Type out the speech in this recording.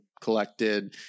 collected